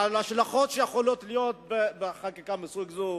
ההשלכות שיכולות להיות לחקיקה מסוג זה,